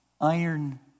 iron